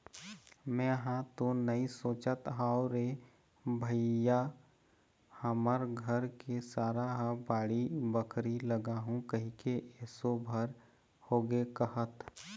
मेंहा तो नइ सोचत हव रे भइया हमर घर के सारा ह बाड़ी बखरी लगाहूँ कहिके एसो भर होगे कहत